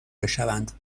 بشوند